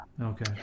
Okay